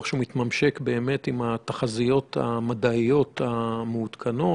מתממשק באמת עם התחזיות המדעיות המעודכנות.